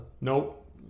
Nope